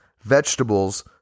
vegetables